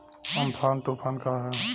Amphan तुफान का ह?